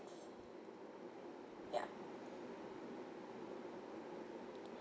ya